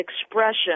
expression